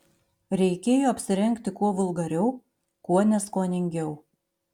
reikėjo apsirengti kuo vulgariau kuo neskoningiau